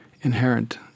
inherent